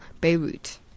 Beirut